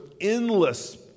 endless